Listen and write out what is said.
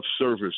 service